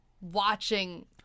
watching